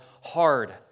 hard